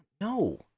no